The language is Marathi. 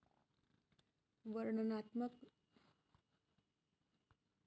वर्णनात्मक लेबलमा मुक्ला परकारना करविषयी चर्चा करेल शे